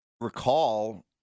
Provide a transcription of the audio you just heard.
Recall